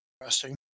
interesting